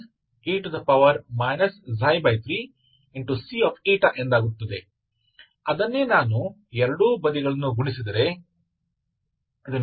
लेकिन यहाँ C स्थिर ताकि आप IFe 3Cचुन सकें ताकि आप e 3Cdvξ 13ve 3C29e 3C को स्थानापन्न कर सकें